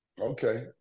Okay